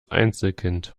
einzelkind